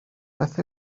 beth